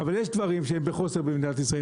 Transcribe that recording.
אבל יש דברים שהם בחוסר במדינת ישראל.